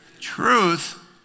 truth